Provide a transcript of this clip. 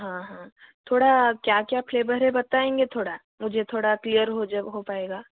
हाँ हाँ थोड़ा क्या क्या फ्लेवर है बताएंगे थोड़ा मुझे थोड़ा क्लियर हो जाए हो पाएगा